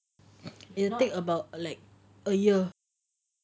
it'll take about like a year